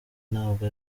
ntabwo